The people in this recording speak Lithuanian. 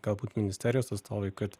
galbūt ministerijos atstovai kad